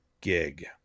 gig